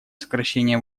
сокращение